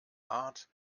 art